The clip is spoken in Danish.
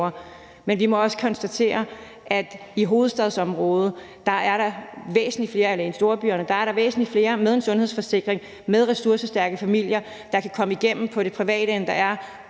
Men vi må også konstatere, at i hovedstadsområdet og i storbyerne er der væsentlig flere med en sundhedsforsikring og med ressourcestærke familier, der kan komme igennem i det private, end der er